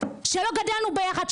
שלא גדלנו ביחד,